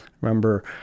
Remember